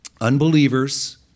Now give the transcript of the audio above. Unbelievers